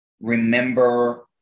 remember